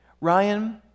Ryan